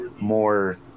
more